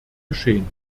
geschehen